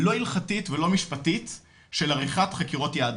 לא הלכתית ולא משפטית, של עריכת חקירות יהדות.